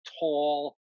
tall